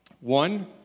One